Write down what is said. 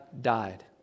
died